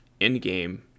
Endgame